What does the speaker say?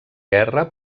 guerra